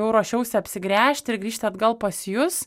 jau ruošiausi apsigręžti ir grįžti atgal pas jus